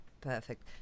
perfect